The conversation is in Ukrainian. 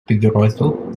підрозділ